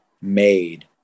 made